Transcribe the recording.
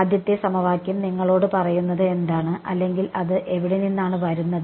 ആദ്യത്തെ സമവാക്യം നിങ്ങളോട് പറയുന്നത് എന്താണ് അല്ലെങ്കിൽ അത് എവിടെ നിന്നാണ് വരുന്നത്